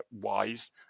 wise